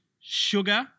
Sugar